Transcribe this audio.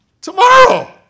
Tomorrow